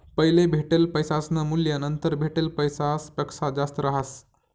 पैले भेटेल पैसासनं मूल्य नंतर भेटेल पैसासपक्सा जास्त रहास